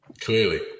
Clearly